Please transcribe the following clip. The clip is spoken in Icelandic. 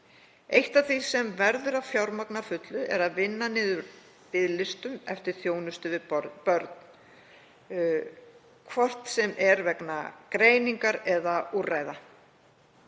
Eitt af því sem verður að fjármagna að fullu er að vinna á biðlistum eftir þjónustu við börn, hvort sem er vegna greiningar eða úrræða.